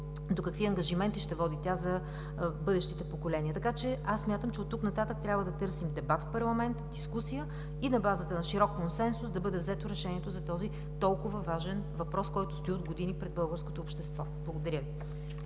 до какви ангажименти ще води тя за бъдещите поколения. Оттук нататък трябва да търсим дебат в парламента и на базата на широк консенсус да бъде взето решението за този толкова важен въпрос, който стои от години пред българското общество. Благодаря Ви.